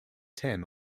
ten